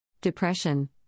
Depression